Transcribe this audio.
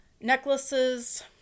necklaces